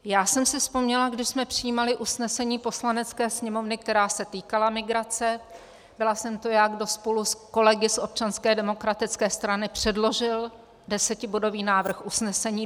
Já jsem si vzpomněla, když jsme přijímali usnesení Poslanecké sněmovny, která se týkala migrace, byla jsem to já, kdo spolu s kolegy z Občanské demokratické strany předložil desetibodový návrh usnesení.